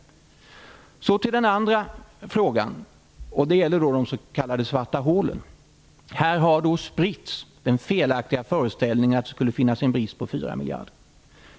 Så över till den andra frågan som gäller de s.k. svarta hålen. Det har här spritts en felaktig föreställning om att det skulle finnas en brist på 4 miljarder.